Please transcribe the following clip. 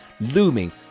looming